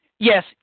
Yes